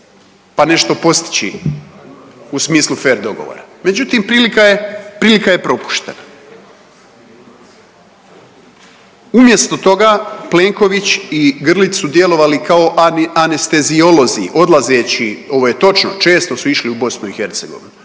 pa nešto postići u smislu fer dogovora, međutim prilika je, prilika je propuštena. Umjesto toga Plenković i Grlić su djelovali kao anesteziolozi odlazeći, ovo je točno, često su išli u BiH, ali